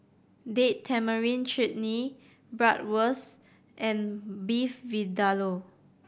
Date Tamarind Chutney Bratwurst and Beef Vindaloo